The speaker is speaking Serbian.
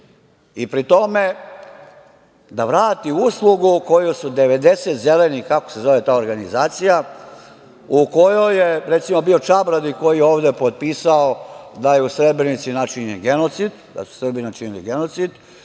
i pri tome da vrati uslugu koju su 90 zelenih, kako se zove ta organizacija u kojoj je recimo, bio Čabradi koji je ovde potpisao da je u Srebrenici načinjen genocid, da su Srbi načinili genocid